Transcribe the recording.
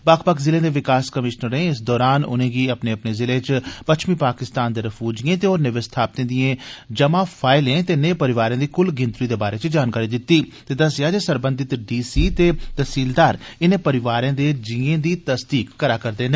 बक्ख बक्ख ज़िलें दे विकास कमीशनरें इस दरान उन्ने गी अपने अपने जिलें च पच्छमी पाकिस्तान दे रिफ्यूजियें ते होरनें विस्थापितें दियें जमा फाइलें ते नेह परिवारें दी क्ल गिनतरी दे बारै च जानकारी दिती ते दस्सेया जे सरबंधत डी सी ते तहसीलदार इनें परिवारें दे जीएं दी तसदीक करै करदे न